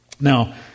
Now